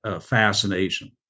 fascination